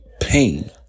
pain